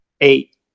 Eight